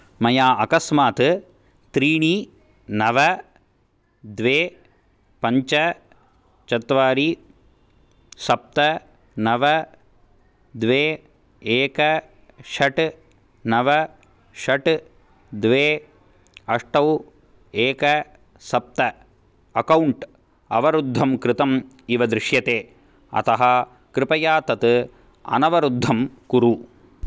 मया अकस्मात् त्रीणि नव द्वे पञ्च चत्वारि सप्त नव द्वे एक षट् नव षट् द्वे अष्टौ एक सप्त अक्कौण्ट् अवरुद्धं कृतम् इव दृश्यते अतः कृपया तत् अनवरुद्धं कुरु